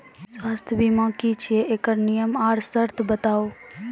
स्वास्थ्य बीमा की छियै? एकरऽ नियम आर सर्त बताऊ?